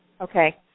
Okay